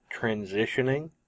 transitioning